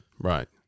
Right